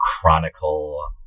chronicle